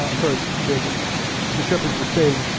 ah sorry, the the shepherds were saying,